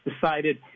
decided